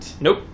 Nope